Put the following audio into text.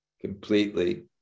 completely